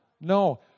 No